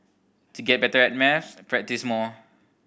to get better at maths practise more